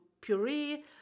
puree